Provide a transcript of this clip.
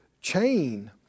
chain